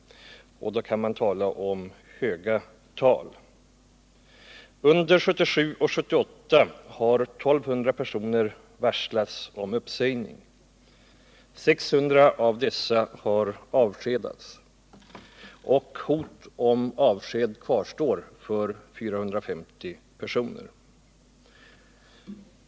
Då kan man tala om höga tal! Under 1977 och 1978 har 1 200 personer varslats om uppsägning. 600 av dessa har avskedats. Hot om avsked kvarstår för 450 personer.